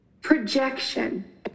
Projection